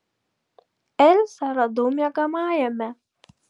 elzę radau miegamajame